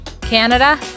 Canada